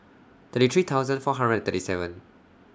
thirty three thousand four hundred thirty seven